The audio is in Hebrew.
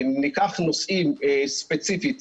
ניקח נושאים ספציפית,